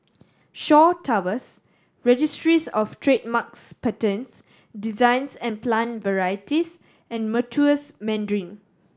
Shaw Towers Registries Of Trademarks Patents Designs and Plant Varieties and Meritus Mandarin